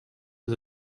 aux